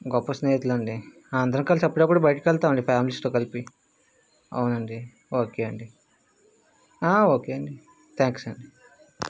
గొప్ప స్నేహితులు అండి అందరం కలిసి అప్పుడప్పుడు బయటకి వెళ్తాం అండి ఫ్యామిలీస్తో కలిసి అవునండి ఓకే అండి ఓకే అండి థ్యాంక్స్ అండి